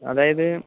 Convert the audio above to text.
അതായത്